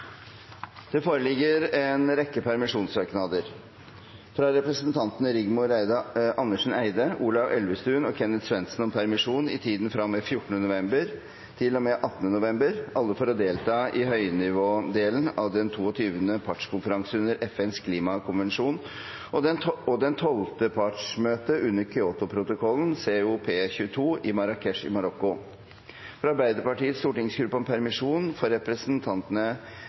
Det foreligger en rekke permisjonssøknader: fra representantene Rigmor Andersen Eide , Ola Elvestuen og Kenneth Svendsen om permisjon i tiden fra og med 14. november til og med 18. november – alle for å delta i høynivådelen av den 22. partskonferanse under FNs klimakonvensjon og det 12. partsmøte under Kyotoprotokollen, COP22, i Marrakech, Marokko fra Arbeiderpartiets stortingsgruppe om permisjon for